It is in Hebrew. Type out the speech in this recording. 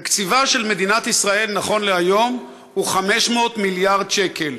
תקציבה של מדינת ישראל נכון להיום הוא 500 מיליארד שקל,